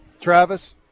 Travis